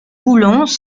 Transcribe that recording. boulons